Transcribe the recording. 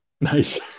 nice